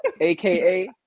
aka